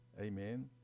amen